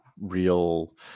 real